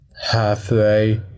halfway